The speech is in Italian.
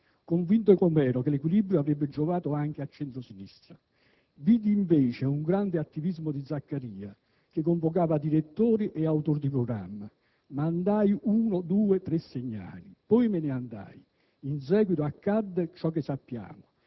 convinto com'ero che l'equilibrio avrebbe giovato anche al centro-sinistra. Vidi invece un grande attivismo di Zaccaria che convocava direttori e autori di programmi. Mandai uno, due, tre segnali. Poi me ne andai. In seguito accadde ciò che sappiamo: